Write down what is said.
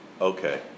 Okay